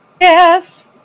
Yes